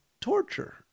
torture